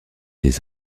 des